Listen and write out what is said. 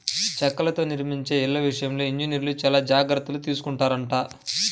చెక్కలతో నిర్మించే ఇళ్ళ విషయంలో ఇంజనీర్లు చానా జాగర్తలు తీసుకొంటారంట